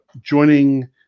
joining